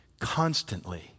constantly